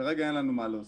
כרגע אין לנו מה להוסיף.